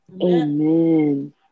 Amen